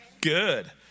Good